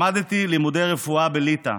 למדתי לימודי רפואה בליטא,